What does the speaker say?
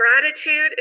gratitude